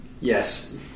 Yes